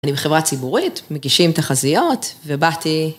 אני בחברה ציבורית, מגישים תחזיות, ובאתי.